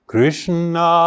Krishna